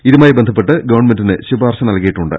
ഇതുമായി ബന്ധപ്പെട്ട് ഗവൺമെൻറിന് ശുപാർശ നൽകിയിട്ടുണ്ട്